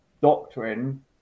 doctrine